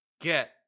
Get